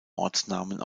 ortsnamen